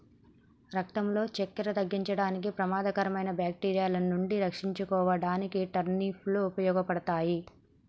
రక్తంలో సక్కెర తగ్గించడానికి, ప్రమాదకరమైన బాక్టీరియా నుండి రక్షించుకోడానికి టర్నిప్ లు ఉపయోగపడతాయి